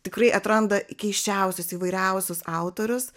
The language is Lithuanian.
tikrai atranda keisčiausius įvairiausius autorius